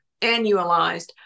annualized